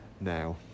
Now